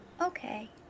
Okay